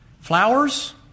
Flowers